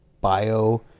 bio